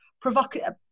provocative